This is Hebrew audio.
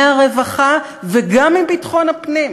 מהרווחה וגם מביטחון הפנים.